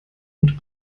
und